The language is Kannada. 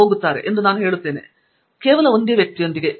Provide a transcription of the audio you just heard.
ಪ್ರೊಫೆಸರ್ ಆಂಡ್ರ್ಯೂ ಥಂಗರಾಜ್ ಒಂದೇ ವ್ಯಕ್ತಿಯೊಂದಿಗೆ